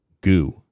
goo